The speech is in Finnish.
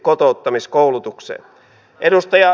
arvoisa puhemies